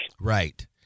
right